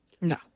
No